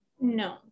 No